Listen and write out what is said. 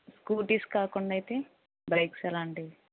scooties కాకుండా అయితే bikes అలాంటివి